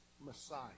Messiah